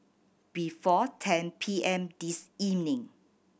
before ten P M this evening